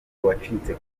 wacitse